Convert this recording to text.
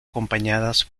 acompañadas